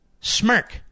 smirk